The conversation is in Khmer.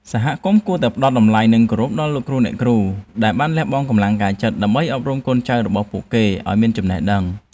សហគមន៍គួរតែផ្តល់តម្លៃនិងគោរពដល់លោកគ្រូអ្នកគ្រូដែលបានលះបង់កម្លាំងកាយចិត្ត ដើម្បីអប់រំកូនចៅរបស់ពួកគេឱ្យមានចំណេះដឹង។